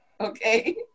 Okay